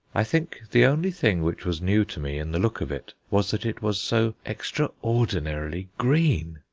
i think the only thing which was new to me in the look of it was that it was so extraordinarily green.